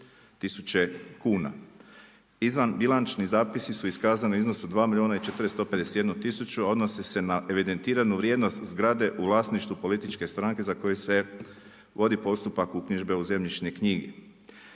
Izvanbilančni zapisi su iskazani u iznosu 2 milijuna 451 tisuću, a odnosi se na evidentiranu vrijednost zgrade u vlasništvu političke stranke za koju se vodi postupak uknjižbe u zemljišne knjige.